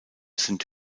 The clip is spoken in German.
sind